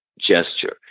gesture